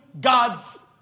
God's